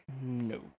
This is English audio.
No